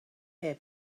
air